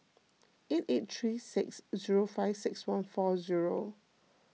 eight eight three six zero five six one four zero